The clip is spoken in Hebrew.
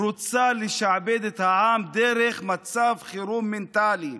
רוצה לשעבד את העם דרך מצב חירום מנטלי,